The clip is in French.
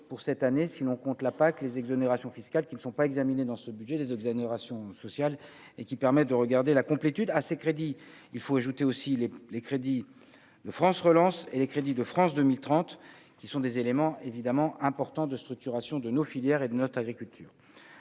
pour cette année, si l'on compte la PAC, les exonérations fiscales qui ne sont pas examinés dans ce budget, les exonérations sociales et qui permet de regarder la complétude assez crédit il faut ajouter aussi les les crédits de France relance et les crédits de France 2030, qui sont des éléments évidemment important de structuration de nos filières et de notre agriculture,